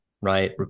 right